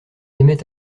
aimaient